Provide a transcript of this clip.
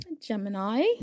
Gemini